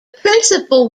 principal